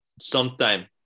sometime